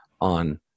on